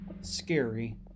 scary